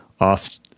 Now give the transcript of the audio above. off